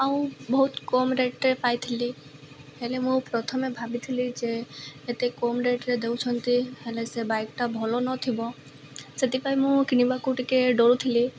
ଆଉ ବହୁତ କମ୍ ରେଟ୍ରେ ପାଇଥିଲି ହେଲେ ମୁଁ ପ୍ରଥମେ ଭାବିଥିଲି ଯେ ଏତେ କମ୍ ରେଟ୍ରେ ଦେଉଛନ୍ତି ହେଲେ ସେ ବାଇକ୍ଟା ଭଲ ନଥିବ ସେଥିପାଇଁ ମୁଁ କିଣିବାକୁ ଟିକେ ଡ଼ରୁଥିଲି